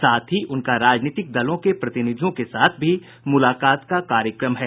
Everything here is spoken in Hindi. साथ ही उनका राजनीतिक दलों के प्रतिनिधियों के साथ भी मुलाकात का कार्यक्रम है